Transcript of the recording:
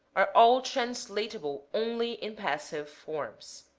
are all translatable only in passive forms.